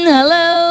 Hello